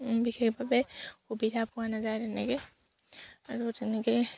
বিশেষভাৱে সুবিধা পোৱা নাযায় তেনেকৈ আৰু তেনেকৈ